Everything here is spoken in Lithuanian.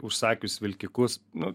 užsakius vilkikus nu